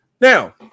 Now